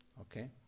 Okay